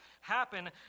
happen